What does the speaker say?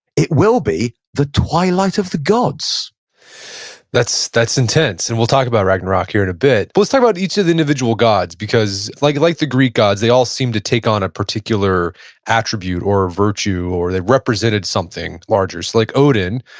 it will be the twilight of the gods that's that's intense and we'll talk about ragnarok here in a bit. let's talk about each of the individual gods because like like the greek gods, they all seem to take on a particular attribute or virtue or they represented something larger. like odin,